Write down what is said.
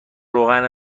روغن